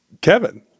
kevin